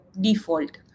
default